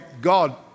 God